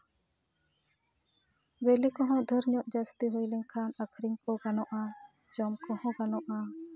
ᱵᱤᱞᱤ ᱠᱚᱦᱚᱸ ᱫᱷᱮᱹᱨ ᱧᱚᱜ ᱡᱟᱹᱥᱛᱤ ᱦᱩᱭ ᱞᱮᱱᱠᱷᱟᱱ ᱟᱹᱠᱷᱨᱤᱧ ᱠᱚ ᱜᱟᱱᱚᱜᱼᱟ ᱡᱚᱢ ᱠᱚᱦᱚᱸ ᱜᱟᱱᱚᱜᱼᱟ